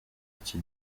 iki